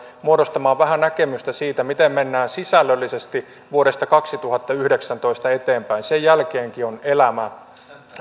muodostamaan vähän näkemystä siitä miten mennään sisällöllisesti vuodesta kaksituhattayhdeksäntoista eteenpäin sen jälkeenkin on elämää